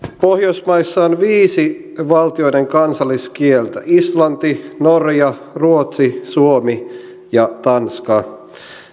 pohjoismaissa on viisi valtioiden kansalliskieltä islanti norja ruotsi suomi ja tanska